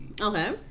Okay